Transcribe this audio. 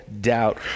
doubt